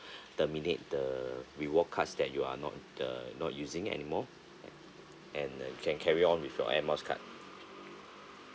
terminate the reward cards that you are not the not using anymore and uh you can carry on with your air miles card